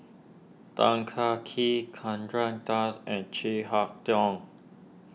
Tan Kah Kee Chandra Das and Chin Harn Tong